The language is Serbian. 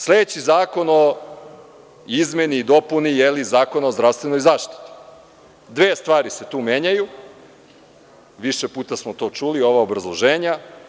Sledeći zakon o izmeni i dopuni Zakona o zdravstvenoj zaštiti, dve stvari se tu menjaju, više puta smo to čuli, ova obrazloženja.